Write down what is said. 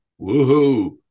woohoo